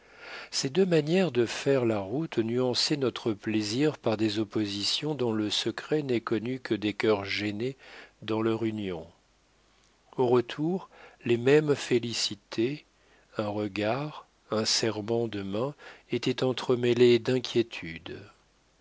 ces deux manières de faire la route nuançaient notre plaisir par des oppositions dont le secret n'est connu que des cœurs gênés dans leur union au retour les mêmes félicités un regard un serrement de main étaient entremêlés d'inquiétudes